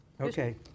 Okay